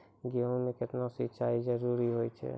गेहूँ म केतना सिंचाई जरूरी होय छै?